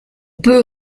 peut